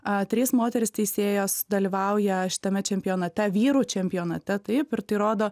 atvejais moterys teisėjos dalyvauja šitame čempionate vyrų čempionate taip ir tai rodo